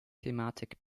thematik